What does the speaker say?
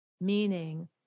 meaning